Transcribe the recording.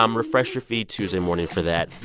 um refresh your feed tuesday morning for that.